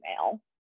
email